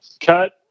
cut